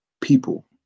people